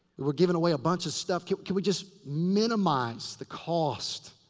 we're giving away a bunch of stuff. can we just minimize the cost?